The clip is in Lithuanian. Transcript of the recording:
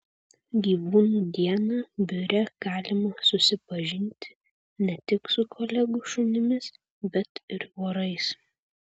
gyvūnų dieną biure galima susipažinti ne tik su kolegų šunimis bet ir vorais